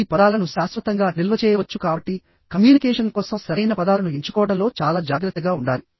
ఈ పదాలను శాశ్వతంగా నిల్వ చేయవచ్చు కాబట్టి కమ్యూనికేషన్ కోసం సరైన పదాలను ఎంచుకోవడంలో చాలా జాగ్రత్తగా ఉండాలి